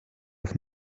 auf